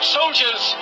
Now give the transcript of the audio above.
Soldiers